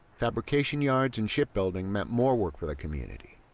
fabrication yards and shipbuilding meant more work for the community.